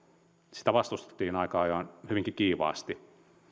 sitä vastustettiin aika ajoin hyvinkin kiivaasti